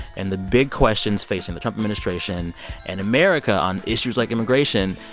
and the big questions facing the trump administration and america on issues like immigration,